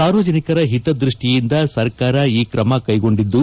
ಸಾರ್ವಜನಿಕರ ಹಿತದೃಷ್ಟಿಯಿಂದ ಸರ್ಕಾರ ಈ ಕ್ರಮ ಕೈಗೊಂಡಿದ್ದು